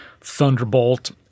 Thunderbolt